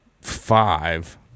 five